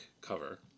cover